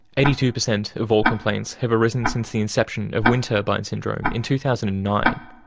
eighty-two per cent of all complaints have arisen since the inception of wind turbine syndrome in two thousand and nine,